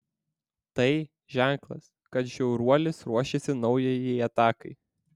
tai ženklas kad žiauruolis ruošiasi naujai atakai